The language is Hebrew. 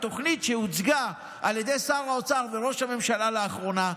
התוכנית שהוצגה על ידי שר האוצר וראש הממשלה לאחרונה,